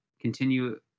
continue